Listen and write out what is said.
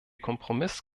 kompromiss